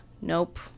Nope